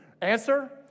Answer